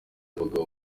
abagabo